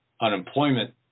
unemployment